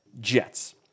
Jets